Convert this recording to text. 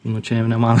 nu čia jau ne man